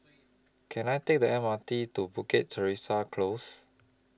Can I Take The M R T to Bukit Teresa Close